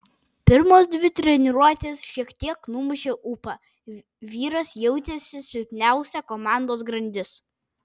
pirmos dvi treniruotės šiek tiek numušė ūpą vyras jautėsi silpniausia komandos grandis